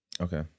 Okay